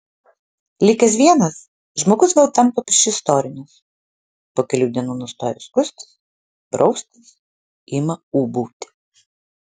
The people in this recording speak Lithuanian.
likęs vienas žmogus vėl tampa priešistorinis po kelių dienų nustoja skustis praustis ima ūbauti